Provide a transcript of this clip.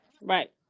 Right